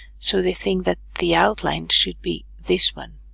so they think that the outline should be this one